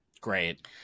Great